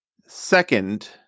second